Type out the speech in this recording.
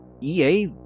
EA